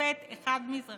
שופט אחד מזרחי?